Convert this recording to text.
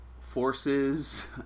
forces